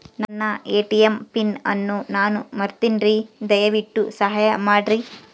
ನನ್ನ ATM PIN ಅನ್ನು ನಾನು ಮರಿತಿನ್ರಿ, ದಯವಿಟ್ಟು ಸಹಾಯ ಮಾಡ್ರಿ